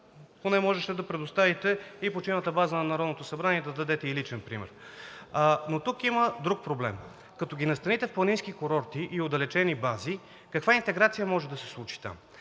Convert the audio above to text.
поне можеше да предоставите и почивната база на Народното събрание, да дадете и личен пример. Но тук има и друг проблем. Като ги настаните в планински курорти и отдалечени бази, каква интеграция може да се случи там?